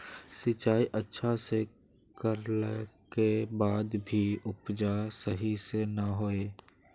सिंचाई अच्छा से कर ला के बाद में भी उपज सही से ना होय?